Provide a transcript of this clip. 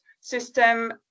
system